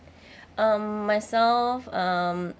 um myself um